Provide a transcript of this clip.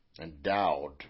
endowed